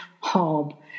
hob